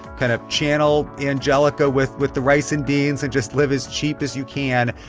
kind of channel angelica with with the rice and beans and just live as cheap as you can.